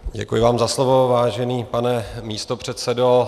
Děkuji vám za slovo, vážený pane místopředsedo.